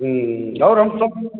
और हम सब